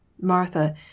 Martha